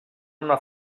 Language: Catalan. una